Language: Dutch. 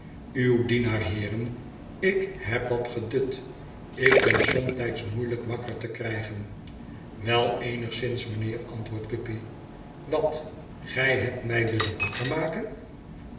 uw dienaar heeren ik heb wat gedut ik ben somtijds moeielijk wakker te krijgen wel eenigszins mijnheer antwoordt guppy wat gij hebt mij willen wakker maken